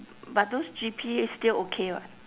but those G_P still okay [what]